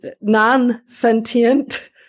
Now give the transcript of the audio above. non-sentient